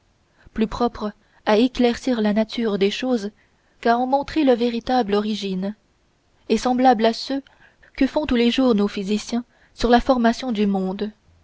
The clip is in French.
plus propres à éclaircir la nature des choses qu'à en montrer la véritable origine et semblables à ceux que font tous les jours nos physiciens sur la formation du monde